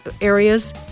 areas